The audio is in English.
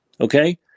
okay